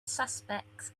suspects